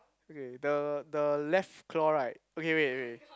okay the the left claw right okay wait wait